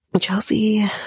Chelsea